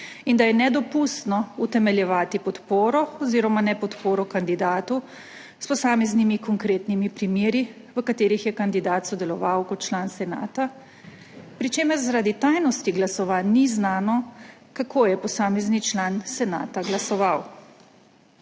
in da je nedopustno utemeljevati podporo oziroma nepodporo kandidatu s posameznimi konkretnimi primeri, v katerih je kandidat sodeloval kot član senata, pri čemer zaradi tajnosti glasovanj ni znano, kako je posamezni član senata glasoval.